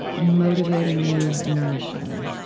motivating you, nourishing you